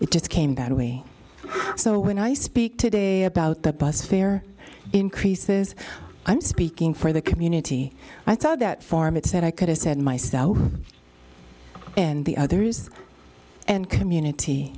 it just came that way so when i speak today about the bus fare increases i'm speaking for the community i thought that farm it said i could have said my south and the others and community